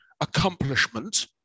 accomplishment